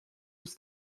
was